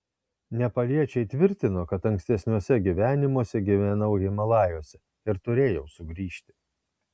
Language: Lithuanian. nepaliečiai tvirtino kad ankstesniuose gyvenimuose gyvenau himalajuose ir turėjau sugrįžti